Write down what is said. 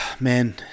Man